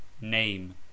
name